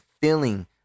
feeling